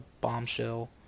Bombshell